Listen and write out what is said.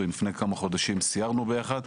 לפני כמה חודשים סיירנו ביחד.